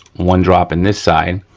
one drop in this side.